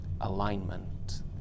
alignment